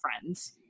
friends